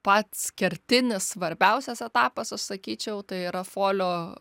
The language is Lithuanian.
pats kertinis svarbiausias etapas aš sakyčiau tai yra folio